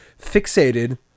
fixated